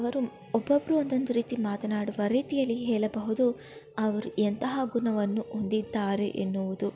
ಅವರು ಒಬ್ಬೊಬ್ಬರು ಒಂದೊಂದು ರೀತಿ ಮಾತನಾಡುವ ರೀತಿಯಲ್ಲಿ ಹೇಳಬಹುದು ಅವರು ಎಂತಹ ಗುಣವನ್ನು ಹೊಂದಿದ್ದಾರೆ ಎನ್ನುವುದು